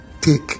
take